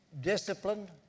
discipline